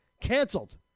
canceled